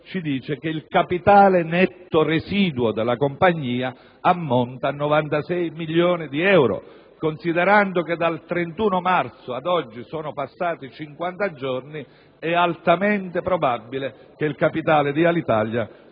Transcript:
emerso che il capitale netto residuo della compagnia ammonta a 96 milioni di euro; considerato che dal 31 marzo ad oggi sono passati 50 giorni, è altamente probabile che il capitale di Alitalia